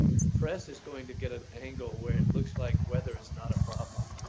the press is going to get an angle where it looks like weather is not a problem.